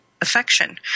affection